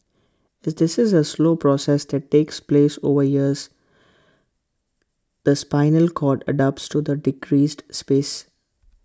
is this is A slow process that takes place over years the spinal cord adapts to the decreased space